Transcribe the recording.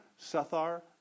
Sethar